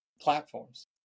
platforms